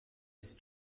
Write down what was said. les